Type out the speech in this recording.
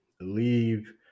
leave